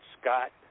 Scott